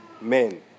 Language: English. men